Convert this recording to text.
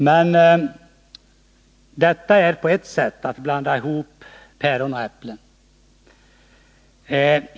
Men detta är på ett sätt att blanda ihop päron och äpplen.